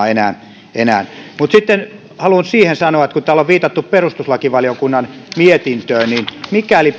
enää enää mutta sitten haluan siihen sanoa kun täällä on viitattu perustuslakivaliokunnan mietintöön että mikäli